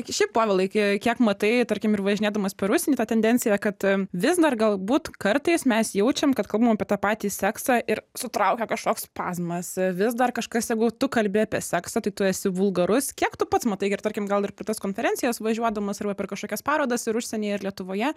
šiaip povilai ki kiek matai tarkim ir važinėdamas per užsienį tą tendenciją kad vis dar galbūt kartais mes jaučiam kad kalbam apie tą patį seksą ir sutraukia kažkoks spazmas vis dar kažkas jeigu tu kalbi apie seksą tai tu esi vulgarus kiek tu pats matai ir tarkim gal ir per tas konferencijas važiuodamas arba per kažkokias parodas ir užsienyje ir lietuvoje